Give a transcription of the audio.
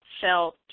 felt